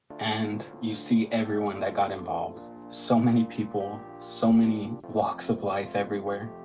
and you see everyone that got involved. so many people, so many walks of life everywhere.